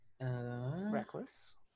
Reckless